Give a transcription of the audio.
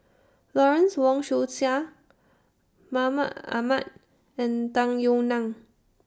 Lawrence Wong Shyun Tsai Mahmud Ahmad and Tung Yue Nang